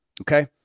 Okay